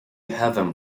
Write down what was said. heaven